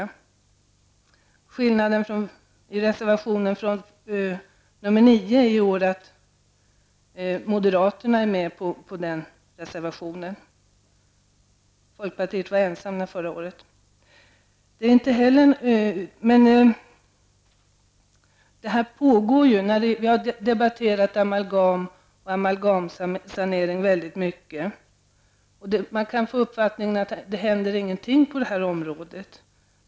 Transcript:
En skillnad jämfört med förra året är att moderaterna nu har anslutit sig till reservation nr 9; förra året stod folkpartiet ensamt för reservationen. Frågan om amalgamsanering har debatterats mycket ingående, och man kan få uppfattningen att det inte händer någonting på området.